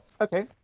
Okay